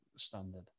standard